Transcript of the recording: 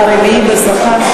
והרביעי בשכר?